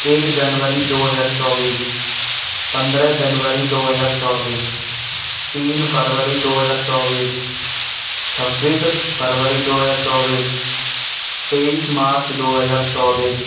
एक जनवरी दो हज़ार चौबीस पन्द्रह जनवरी दो हज़ार चौवीस तीन फरवरी दो हज़ार चौवीस छब्बीस फरवरी दो हज़ार चौवीस तेईस मार्च दो हज़ार चौबीस